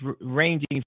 ranging